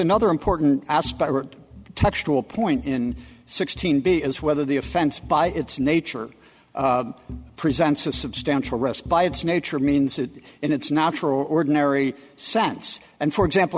another important aspect textual point in sixteen b is whether the offense by its nature presents a substantial risk by its nature means it in its natural ordinary sense and for example